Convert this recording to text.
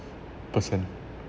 person